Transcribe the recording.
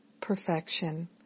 perfection